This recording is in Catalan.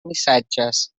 missatges